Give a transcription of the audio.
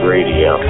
Radio